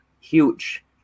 huge